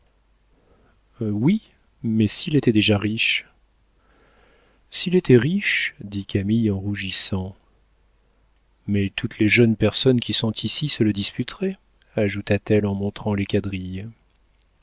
oui mais s'il était déjà riche s'il était riche dit camille en rougissant mais toutes les jeunes personnes qui sont ici se le disputeraient ajouta-t-elle en montrant les quadrilles